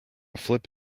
flip